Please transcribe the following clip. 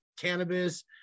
cannabis